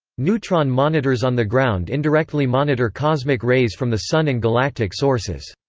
neutron monitors on the ground indirectly monitor cosmic rays from the sun and galactic sources.